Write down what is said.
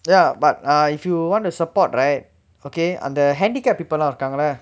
ya but err if you want to support right okay அந்த:antha handicap people lah இருக்காங்கலே:irukaangalae